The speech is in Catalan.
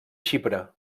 xipre